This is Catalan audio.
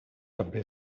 també